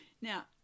Now